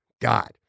God